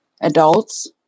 Adults